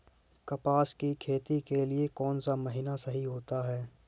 कपास की खेती के लिए कौन सा महीना सही होता है?